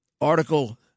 Article